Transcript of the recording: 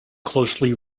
closely